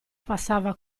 passava